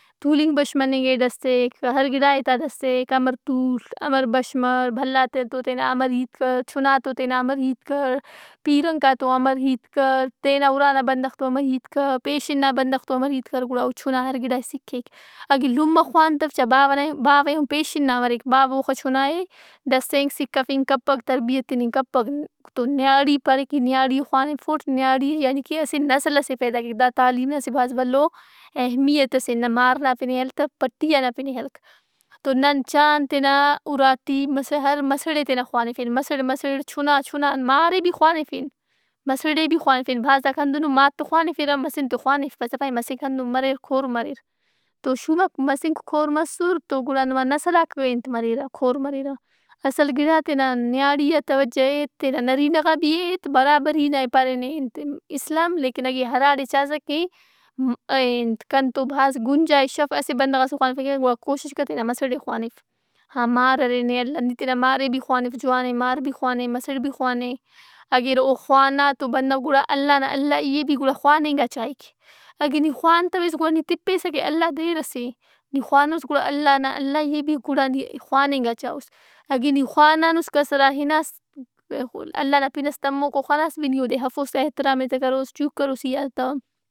تُولِنگ Bush morning ئے ڈسِّیک، ہر گڑا ئے تا ڈسیک، امر تول، امر بش مہ۔ بھلات ئے تو تینا امر ہیت کہ، چُنا تو تینا امر ہیت کر، پیرنگات تو امر ہیت کر، تینا اُرا نا بندغ تو امر ہیت کر، پیشن با بندغ تو امر ہیت کر گڑا او چنا ہر گِڑا ئے سِکّھیک۔ اگہ لمہ خوانتو، چا باوہ نا ایہن باوہ ایہن پیشن نا مریک۔ باوہ اوخہ چنائے ڈسینگ، سکھِفنگ کپک، تربیت تننگ کپک۔ تو نیاڑی پارے کہ نیاڑی ئے خوانِفوٹِ ںیاڑی یعنی کہ اسہ نسل ئسے پیدا کیک۔ دا تعلیم نا اسہ بھلو اہمیت ئس اے۔ نہ مار نا پن ئے ہلتو پٹیا نا پن ئے ہلک۔ تو نن چان تینا اُڑا ٹی مَسہ- ہر مسڑ ئے تینا خوانفن۔ مسڑ مسڑ، چنا چنا، مار ئے بھی خوانفن، مسڑ ئے بھی خوانفن۔ بھازاک ہندن او مارت ئے خوانفرہ، مسنت ئے خوانفپسہ، پائہہ مسنک ہندن مریر کُور مریر۔ تو شُوماک مسنک کور مسرتو گڑا نما نسلاک ئے انت مریرہ کور مریرہ۔ اصل گڑا تینا نیاڑی آ توجہ ایت۔ تینا نرینہ غا بھی ایت۔ برابری نا ئے پارینے ئے انت اسلام لیکن اگہ ہراڑے چاسہ کہ اے انت کنتو بھاز گنجائش اف، اسہ بندغ ئسے خوانفنگ کیوہ گڑا کوشش کہ تینا مسڑ ئے خوانِف۔ ہا مار ارے نے اللہ نی تینا مارے بھی خوانف جوان اے مارئے بھی خوانف جوان اے۔ مار بھی خوانہِ مسڑ بھی خوانہِ۔ اگر او خوانا تو بندغ گڑا اللہ نا اللہی ئے بھی خواننگ آ چائک۔ اگہ نی خوانتویس تو نی تپیسہ کہ اللہ دیر ئس اے۔ نی خوانوس تو گڑا اللہ نا اللہی ئے بھی گڑا نی خواننگ آ چاہوس۔ اگہ نی خوانانُس، کسرآ ہناس، اللہ نا پِن ئس تموکو خناس بھی نی اودے ہرفوس، احترام ئے تہ کروس، چُوک کرو ای آ تہ۔